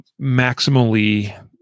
maximally